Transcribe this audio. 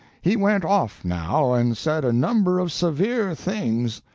he went off now, and said a number of severe things.